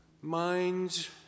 minds